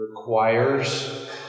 requires